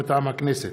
מטעם הכנסת: